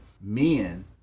men